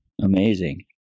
Amazing